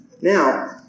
Now